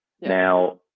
Now